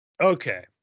okay